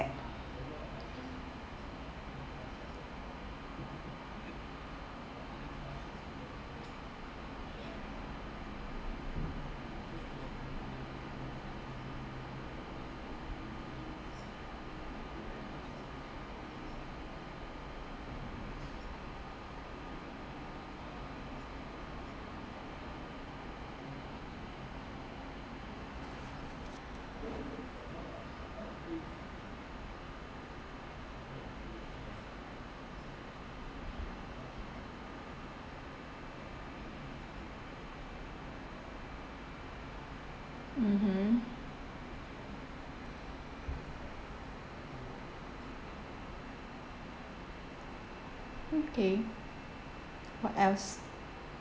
mmhmm okay what else